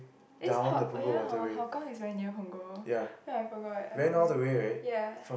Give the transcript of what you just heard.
is how oh ya hor Hougang is very near Punggol oh ya I forgot okay ya